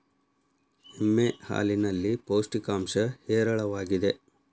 ಎಮ್ಮೆ ಹಾಲಿನಲ್ಲಿ ಪೌಷ್ಟಿಕಾಂಶ ಹೇರಳವಾಗಿದೆ